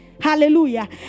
Hallelujah